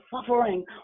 suffering